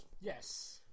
Yes